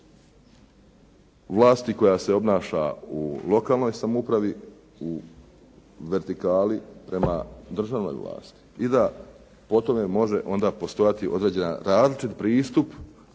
vlasti koja se obnaša u lokalnoj samoupravi u vertikali prema državnoj vlasti i da po tome može onda postojati određeni različit pristup